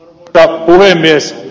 arvoisa puhemies